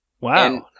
Wow